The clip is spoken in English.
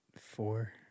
four